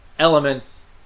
Elements